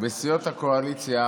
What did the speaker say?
בסיעות הקואליציה